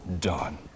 done